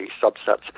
subsets